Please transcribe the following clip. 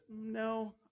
no